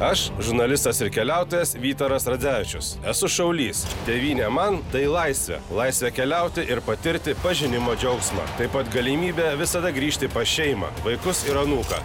aš žurnalistas ir keliautojas vytaras radzevičius esu šaulys tėvynė man tai laisvė laisvė keliauti ir patirti pažinimo džiaugsmą taip pat galimybė visada grįžti pas šeimą vaikus ir anūką